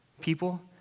people